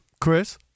Chris